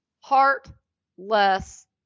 heartless